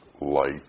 light